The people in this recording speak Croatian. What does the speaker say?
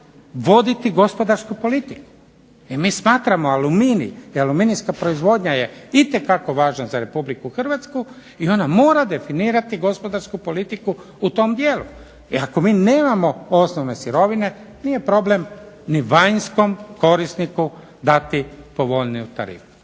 voditi gospodarsku politiku, i mi smatramo aluminij i aluminijska proizvodnja je itekako važna za Republiku Hrvatsku i ona mora definirati gospodarsku politiku u tom dijelu i ako mi nemamo osnovne sirovine nije problem ni vanjskom korisniku dati povoljniju tarifu.